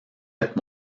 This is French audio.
êtes